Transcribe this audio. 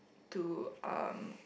to uh